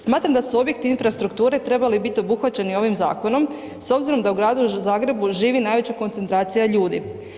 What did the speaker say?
Smatram da su objekti infrastrukture trebali biti obuhvaćeni ovim zakonom s obzirom da u Gradu Zagrebu živi najveća koncentracija ljudi.